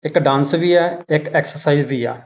ਇੱਕ ਡਾਂਸ ਵੀ ਹੈ ਇੱਕ ਐਕਸਰਸਾਈਜ਼ ਵੀ ਆ